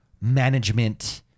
management